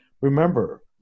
Remember